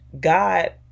God